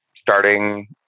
starting